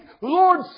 Lord